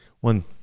One